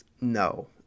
no